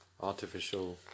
artificial